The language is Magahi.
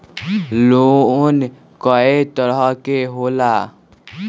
लोन कय तरह के होला?